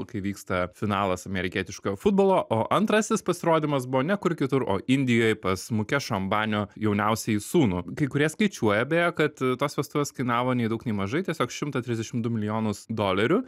kai vyksta finalas amerikietiškojo futbolo o antrasis pasirodymas buvo ne kur kitur o indijoj pas mukešo ambanio jauniausiąjį sūnų kai kurie skaičiuoja beje kad tos vestuvės kainavo nei daug nei mažai tiesiog šimtą trisdešimt du milijonus dolerių